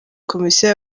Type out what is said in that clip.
komisiyo